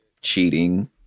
cheating